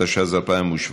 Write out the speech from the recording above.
התשע"ז 2017,